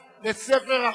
בהחלט.